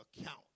account